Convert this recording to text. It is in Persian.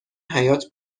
حیاط